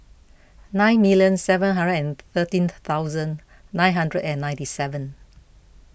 nine million seven hundred and thirteen thousand nine hundred and ninety seven